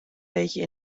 beetje